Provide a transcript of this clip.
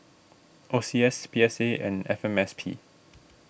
O C S P S A and F M S P